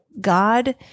God